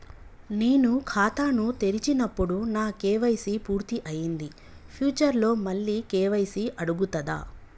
నేను ఖాతాను తెరిచినప్పుడు నా కే.వై.సీ పూర్తి అయ్యింది ఫ్యూచర్ లో మళ్ళీ కే.వై.సీ అడుగుతదా?